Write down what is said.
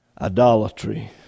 Idolatry